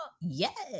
Yes